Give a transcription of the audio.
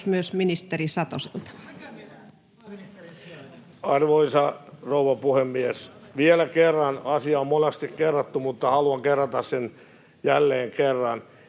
16:12 Content: Arvoisa rouva puhemies! Vielä kerran — asia on monasti kerrattu, mutta haluan kerrata jälleen kerran